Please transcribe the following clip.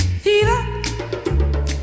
Fever